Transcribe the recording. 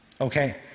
Okay